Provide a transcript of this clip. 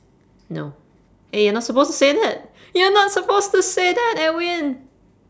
no hey you're not to supposed to say that you're not supposed to say that edwin